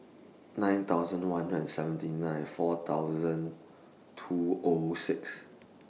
nine thousand one hundred and seventy nine four thousand two O six